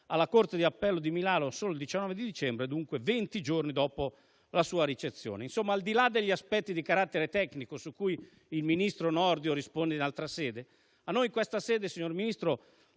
alla corte d'appello di Milano solo il 19 dicembre, dunque venti giorni dopo la sua ricezione. Al di là degli aspetti di carattere tecnico, su cui il ministro Nordio risponderà in altra sede, a noi in questa sede, signor Ministro,